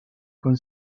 con